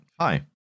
Hi